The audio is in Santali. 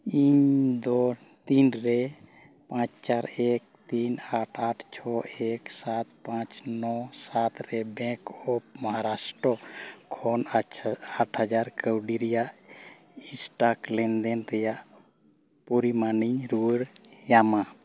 ᱤᱧ ᱫᱚ ᱛᱤᱱ ᱨᱮ ᱯᱟᱸᱪ ᱪᱟᱨ ᱮᱠ ᱛᱤᱱ ᱟᱴ ᱟᱴ ᱪᱷᱚᱭ ᱮᱠ ᱥᱟᱛ ᱯᱟᱸᱪ ᱱᱚ ᱥᱟᱛ ᱨᱮ ᱵᱮᱝᱠ ᱚᱯᱷ ᱢᱚᱦᱟᱨᱟᱥᱴᱚ ᱠᱷᱚᱱ ᱟᱪᱪᱷᱟ ᱟᱴ ᱦᱟᱡᱟᱨ ᱠᱟᱹᱣᱰᱤ ᱨᱮᱭᱟᱜ ᱮᱥᱴᱟᱠ ᱞᱮᱱ ᱫᱮᱱ ᱨᱮᱭᱟᱜ ᱯᱚᱨᱤᱢᱟᱱᱤᱧ ᱨᱩᱣᱟᱹᱲ ᱧᱟᱢᱟ